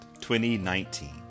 2019